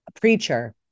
preacher